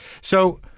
So-